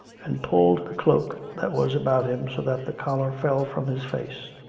and pulled the cloak that was about him, so that the collar fell from his face,